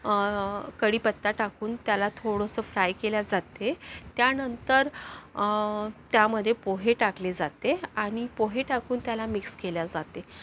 कडीपत्ता टाकून त्याला थोडंसं फ्राय केले जाते त्यानंतर त्यामध्ये पोहे टाकले जाते आणि पोहे टाकून त्याला मिक्स केले जाते